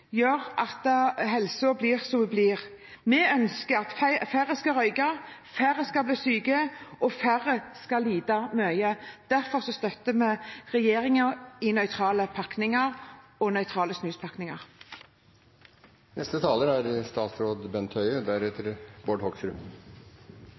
gjør at helsen blir som den blir. Vi ønsker at færre skal røyke, at færre skal bli syke, og at færre skal lide mye. Derfor støtter vi regjeringens forslag om nøytrale tobakks- og